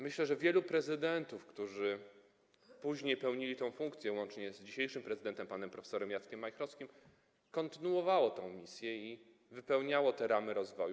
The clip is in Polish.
Myślę, że wielu prezydentów, którzy później pełnili tę funkcję, łącznie z dzisiejszym prezydentem panem prof. Jackiem Majchrowskim, kontynuowało tę misję i wypełniało te ramy rozwoju.